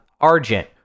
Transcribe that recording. Argent